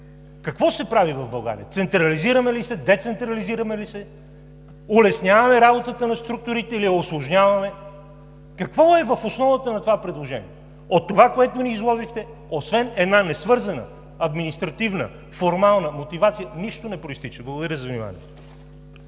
Какво се прави в България? Централизираме ли се, децентрализираме ли се, улесняваме работата на структурите или я усложняваме? Какво е в основата на това предложение? От това, което ни изложихте, освен една несвързана административна формална мотивация, нищо не произтича. Благодаря за вниманието.